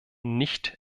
nicht